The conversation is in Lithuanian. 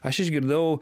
aš išgirdau